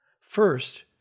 First